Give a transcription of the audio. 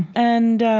and